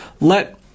let